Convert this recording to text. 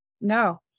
no